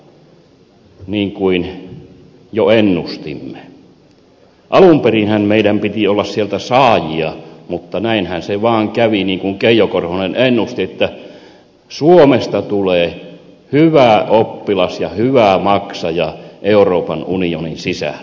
alun perinhän meidän piti olla saajia mutta näinhän se vaan kävi niin kuin keijo korhonen ennusti että suomesta tulee hyvä oppilas ja hyvä maksaja euroopan unionin sisällä